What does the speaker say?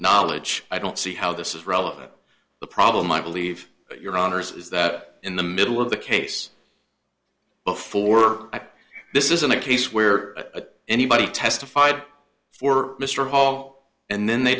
knowledge i don't see how this is relevant to the problem i believe your honour's is that in the middle of the case before her eyes this isn't a case where a anybody testified for mr hall and then they